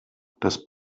das